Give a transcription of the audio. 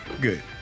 good